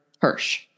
Hirsch